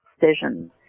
decisions